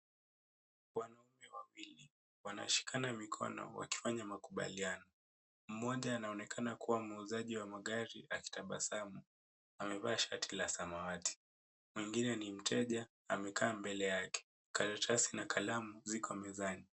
Wanaume wawili wanashikana mikono wakifanya makubaliano, mmoja anaonekana kuwa muuzaji wa magari akitabasamu amevaa shati la samawati. Mwingine ni mteja amekaa mbele yake karatasi na kalamu ziko mezani.